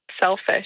selfish